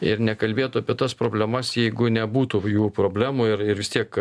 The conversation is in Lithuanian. ir nekalbėtų apie tas problemas jeigu nebūtų jų problemų ir ir vis tiek